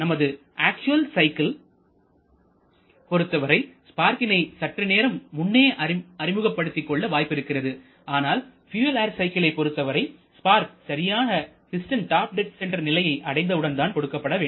நமது actual cycle பொருத்தவரை ஸ்பார்க்கினை சற்று நேரம் முன்னே அறிமுகப்படுத்திக் கொள்ள வாய்ப்பு இருக்கிறது ஆனால் பியூயல் ஏர் சைக்கிளை பொறுத்தவரை ஸ்பார்க் சரியாக பிஸ்டன் டாப் டெட் சென்டர் நிலையை அடைந்தவுடன் தான் கொடுக்கப்பட வேண்டும்